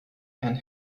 and